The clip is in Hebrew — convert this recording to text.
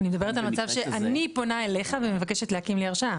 אני מדברת על מצב שבו אני פונה אליך ומבקשת להקים הרשאה.